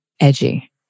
edgy